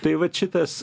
tai vat šitas